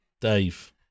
Dave